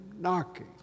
knocking